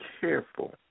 careful